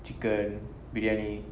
chicken briyani